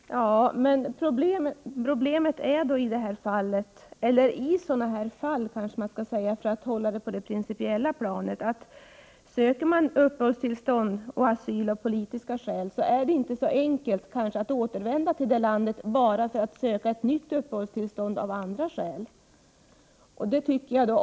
Herr talman! Problemet i det här fallet — i sådana här fall kanske jag skall säga för att hålla det på det principiella planet — är att om man söker uppehållstillstånd eller asyl av politiska skäl är det inte så enkelt att återvända till sitt hemland bara för att söka ett nytt uppehållstillstånd av andra skäl.